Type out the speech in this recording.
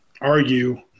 argue